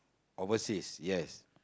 overseas yes